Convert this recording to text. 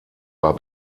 war